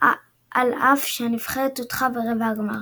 על אף שהנבחרת הודחה ברבע הגמר.